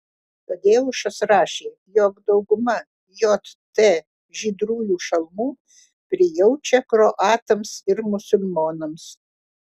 tadeušas rašė jog dauguma jt žydrųjų šalmų prijaučia kroatams ir musulmonams